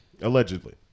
Allegedly